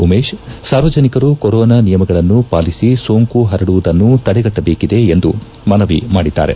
ಉಮೇಶ್ ಸಾರ್ವಜನಿಕರು ಕೊರೋನಾ ನಿಯಮಗಳನ್ನು ಪಾಲಿಸಿ ಸೋಂಕು ಪರಡುವುದನ್ನು ತಡಗಟ್ಟಬೇಕಿದೆ ಎಂದು ಮನವಿ ಮಾಡಿದ್ದಾರೆ